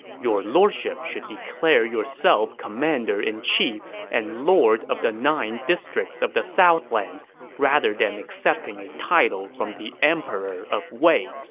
your lordship should declare yourself commander-in-chief and lord of the nine districts of the southlands rather than accepting a title from the emperor of wei